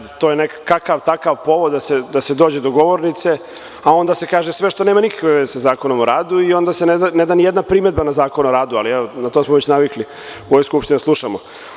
To je kakav takav povod da se dođe do govornice, a onda se kaže sve što nema nikakve veze sa Zakonom o radu, ne da se ni jedna primedba na Zakon o radu, ali na to smo već navikli da slušamo.